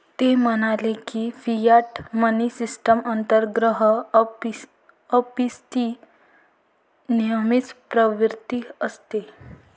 ते म्हणाले की, फियाट मनी सिस्टम अंतर्गत अपस्फीती नेहमीच प्रतिवर्ती असते